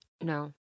No